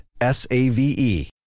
S-A-V-E